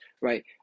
right